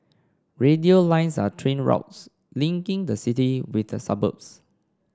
radial lines are train routes linking the city with the suburbs